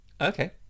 Okay